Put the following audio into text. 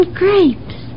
grapes